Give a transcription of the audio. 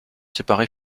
séparé